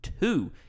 Two